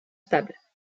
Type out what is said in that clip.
stables